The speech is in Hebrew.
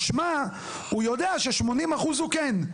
משמע הוא יודע ש-80% הוא כן.